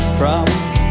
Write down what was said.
problems